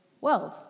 world